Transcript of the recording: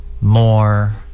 more